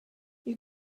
you